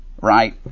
right